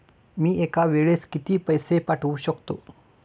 मी एका वेळेस किती पैसे पाठवू शकतो?